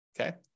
okay